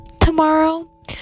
tomorrow